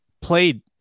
played